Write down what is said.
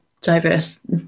diverse